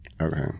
Okay